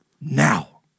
now